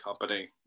company